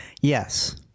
yes